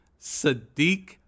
Sadiq